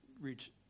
reach